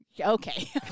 Okay